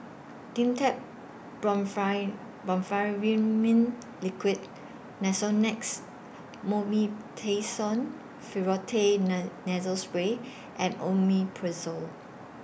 Dimetapp Brompheniramine Liquid Nasonex Mometasone Furoate Nasal Spray and Omeprazole